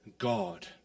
God